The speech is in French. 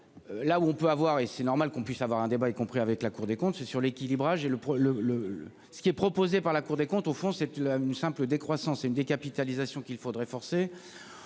Là où on peut avoir et c'est normal qu'on puisse avoir un débat, y compris avec la Cour des comptes sur l'équilibrage et le le le. Ce qui est proposé par la Cour des comptes, au fond, c'est une simple décroissance une décapitalisation qu'il faudrait forcer